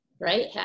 right